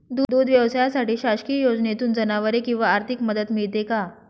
दूध व्यवसायासाठी शासकीय योजनेतून जनावरे किंवा आर्थिक मदत मिळते का?